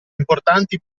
importanti